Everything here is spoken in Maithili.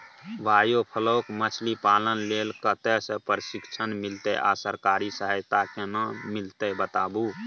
बायोफ्लॉक मछलीपालन लेल कतय स प्रशिक्षण मिलत आ सरकारी सहायता केना मिलत बताबू?